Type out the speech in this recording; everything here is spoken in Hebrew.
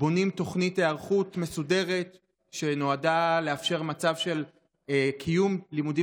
בונים תוכנית היערכות מסודרת שנועדה לאפשר מצב של קיום לימודים